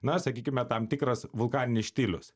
na sakykime tam tikras vulkaninis štilius